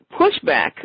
pushback